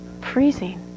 freezing